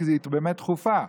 כי היא באמת דחופה.